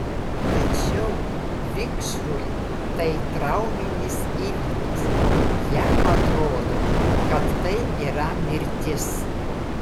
tačiau vikšrui tai trauminis įvykis jam atrodo kad tai yra mirtis